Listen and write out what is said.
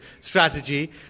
strategy